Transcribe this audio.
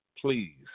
Please